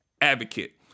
advocate